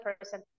person